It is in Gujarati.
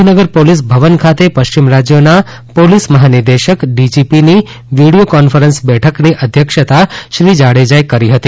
ગાંધીનગર પોલીસ ભવન ખાતે પશ્ચિમ રાજ્યોના પોલીસ મહાનિદેશક ડીજીપીની વિડિયો કોન્ફરન્સ બેઠકની અધ્યક્ષતા શ્રી જાડેજાએ કરી હતી